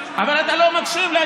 אבל אתה לא מקשיב לי.